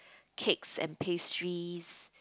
cakes and pastries